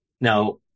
now